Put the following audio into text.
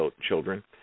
children